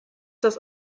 das